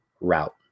route